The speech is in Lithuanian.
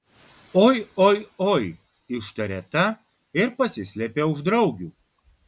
oi oi oi ištarė ta ir pasislėpė už draugių